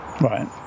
Right